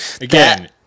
again